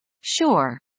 Sure